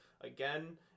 again